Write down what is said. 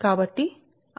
కాబట్టిr2 0